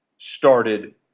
started